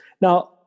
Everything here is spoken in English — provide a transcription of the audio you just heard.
Now